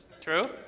True